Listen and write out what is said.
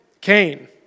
Cain